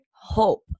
hope